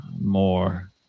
more